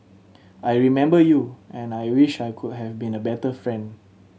I remember you and I wish I could have been a better friend